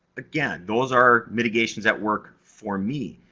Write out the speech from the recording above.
again, those are mitigations at work for me.